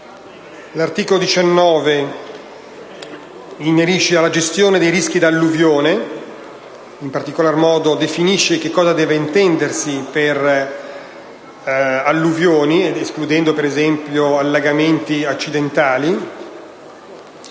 L'articolo 19 inerisce alla gestione dei rischi da alluvione, e in particolar modo definisce cosa deve intendersi per alluvione, escludendo, per esempio, allagamenti accidentali.